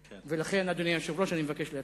ולכן, אדוני היושב-ראש, אני מבקש להצביע.